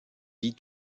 vie